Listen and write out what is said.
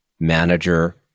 manager